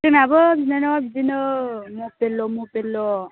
जोंनाबो बिनानावा बिदिनो मबाइलल' मबाइलल'